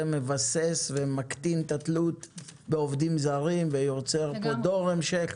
זה מבסס ומקטין את התלות בעובדים זרים ויוצר פה דור המשך.